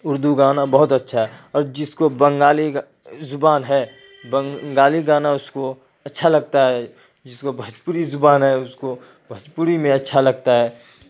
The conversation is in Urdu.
اردو گانا بہت اچھا ہے اور جس کو بنگالی زبان ہے بنگالی گانا اس کو اچھا لگتا ہے جس کو بھوجپوری زبان ہے اس کو بھوجپوری میں اچھا لگتا ہے